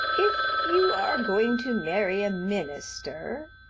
if you are going to marry a minister,